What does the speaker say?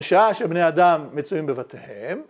‫שעה שבני אדם מצויים בבתיהם.